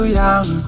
young